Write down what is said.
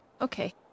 okay